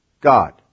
God